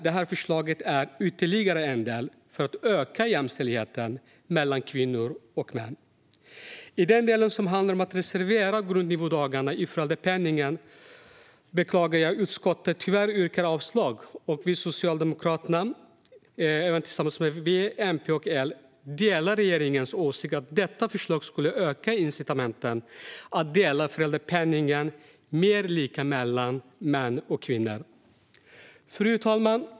Detta förslag är ytterligare en del för att öka jämställdheten mellan kvinnor och män. I den del som handlar om att reservera grundnivådagarna i föräldrapenningen beklagar jag att utskottet föreslår avslag. Vi i Socialdemokraterna tillsammans med V, MP och L delar regeringens åsikt att förslaget skulle öka incitamenten att dela föräldrapenningen mer lika mellan män och kvinnor. Fru talman!